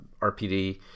RPD